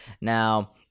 Now